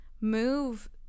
move